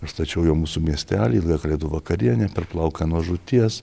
aš stačiau jau mūsų miestelį ilgą kalėdų vakarienę per plauką nuo žūties